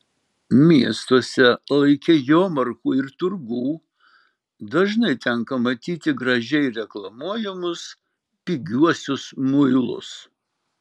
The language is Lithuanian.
miestuose laike jomarkų ir turgų dažnai tenka matyti gražiai reklamuojamus pigiuosius muilus